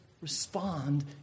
respond